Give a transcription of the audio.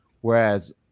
Whereas